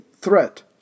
threat